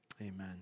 amen